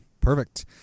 Perfect